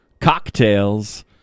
cocktails